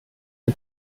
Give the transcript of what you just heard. die